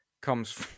comes